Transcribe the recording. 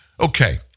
Okay